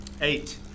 Eight